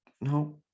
No